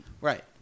right